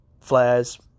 Flares